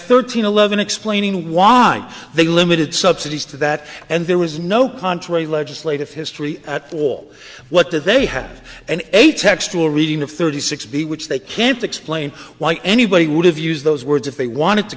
thirteen eleven explaining why they limited subsidies to that and there was no contrary legislative history at all what did they have an a textual reading of thirty six b which they can't explain why anybody would have used those words if they want